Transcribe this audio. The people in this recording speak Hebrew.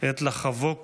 עת לחבוק